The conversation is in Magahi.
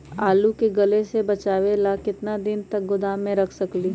आलू के गले से बचाबे ला कितना दिन तक गोदाम में रख सकली ह?